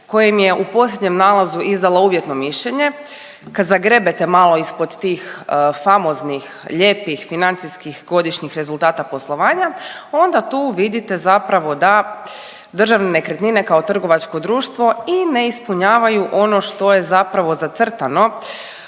koja im je u posljednjem nalazu izdala uvjetno mišljenje, kad zagrebete malo ispod tih famoznih, lijepih, financijskih godišnjih rezultata poslovanja, onda tu vidite zapravo da Državne nekretnine kao trgovačko društvo i ne ispunjavaju ono što je zapravo zacrtano